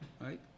right